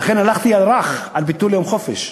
לכן הלכתי על רך, על ביטול יום חופש.